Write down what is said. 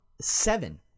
seven